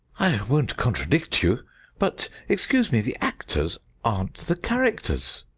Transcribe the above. won't contradict you but excuse me, the actors aren't the characters.